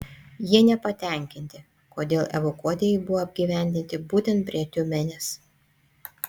jie nepatenkinti kodėl evakuotieji buvo apgyvendinti būtent prie tiumenės